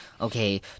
Okay